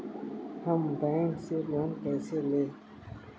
हम बैंक से लोन कैसे लें?